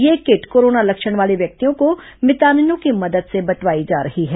यह kit corona लक्षण वाले व्यक्तियों को मितानिनों की मदद से बंटवाई जा रही है